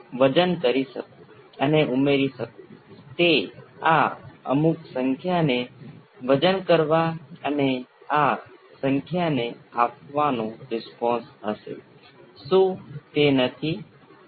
તેથી જો તમે તે કરશો તો તમને V c L ના બીજા વિકલનના L ગણા બાય R ગુણ્યા V c Vc નું પ્રથમ વિકલન જે L બાય R ગુણ્યા d V s by d t મળશે